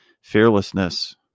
fearlessness